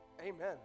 Amen